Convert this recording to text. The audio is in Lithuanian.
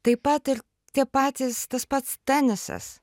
taip pat ir tie patys tas pats tenisas